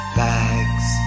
bags